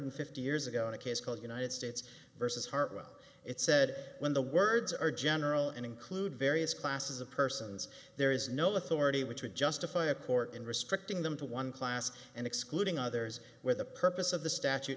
hundred fifty years ago in a case called united states versus hartwell it said when the words are general and include various classes of persons there is no authority which would justify a court in restricting them to one class and excluding others where the purpose of the statute